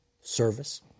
service